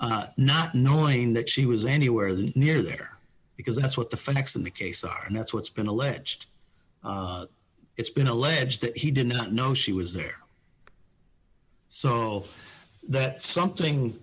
n not knowing that she was anywhere near there because that's what the facts of the case are and that's what's been alleged it's been alleged that he did not know she was there so that something